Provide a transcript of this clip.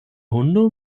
hundo